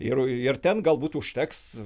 ir ir ten galbūt užteks